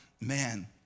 man